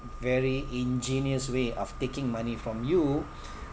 very ingenious way of taking money from you